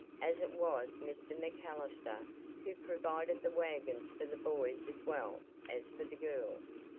as it was mr. macallister who provided the wagons for the boys as well as for the girls.